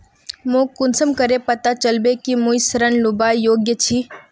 मोक कुंसम करे पता चलबे कि मुई ऋण लुबार योग्य छी?